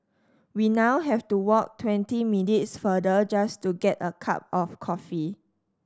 we now have to walk twenty minutes further just to get a cup of coffee